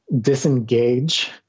disengage